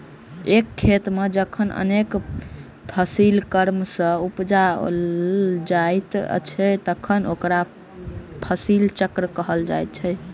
एक खेत मे जखन अनेक फसिल क्रम सॅ उपजाओल जाइत छै तखन ओकरा फसिल चक्र कहल जाइत छै